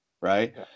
right